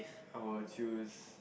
I will choose